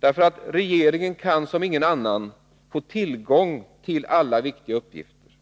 Den kan nämligen som ingen annan få tillgång till alla viktiga uppgifter,